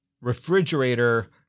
refrigerator